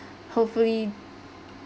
hopefully